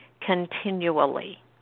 continually